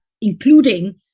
including